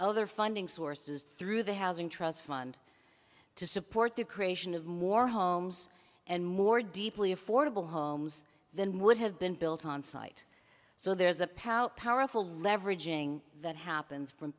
other funding sources through the housing trust fund to support the creation of more homes and more deeply affordable homes than would have been built onsite so there's a power powerful leveraging that happens from